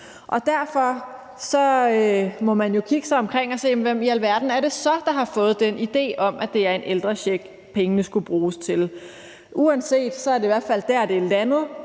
Derfor må man jo kigge sig omkring og se efter, hvem i alverden det så er, der har fået den idé, at det er en ældrecheck, pengene skal bruges til. Uanset er det i hvert fald der, det er landet,